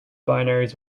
binaries